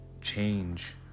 change